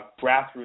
grassroots